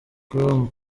com